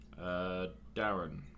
Darren